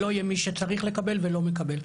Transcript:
שלא יהיה מי שצריך לקבל ולא מקבל.